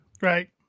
right